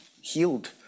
healed